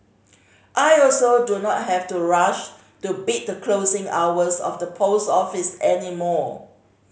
I also do not have to rush to beat the closing hours of the post office any more